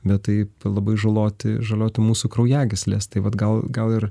bet taip labai žaloti žaloti mūsų kraujagysles tai vat gal gal ir